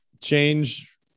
change